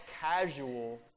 casual